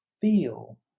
feel